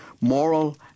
moral